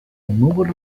removal